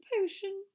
potion